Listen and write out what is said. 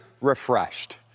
refreshed